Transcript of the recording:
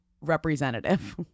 representative